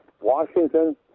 Washington